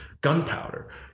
gunpowder